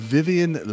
Vivian